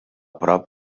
prop